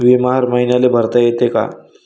बिमा हर मईन्याले भरता येते का?